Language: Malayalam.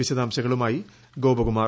വിശദാംശങ്ങളുമായി ഗോപകുമാർ